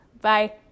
Bye